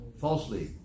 Falsely